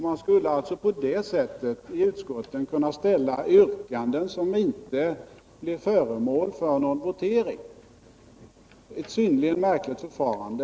Man skulle alltså på det sättet i utskotten kunna framställa yrkanden som inte blir föremål för någon votering. Ett synnerligen märkligt förfarande!